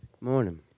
Morning